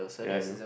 ya you know